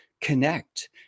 connect